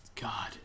God